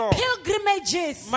pilgrimages